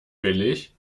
billig